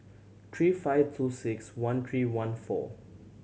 three five two six one three one four